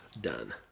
done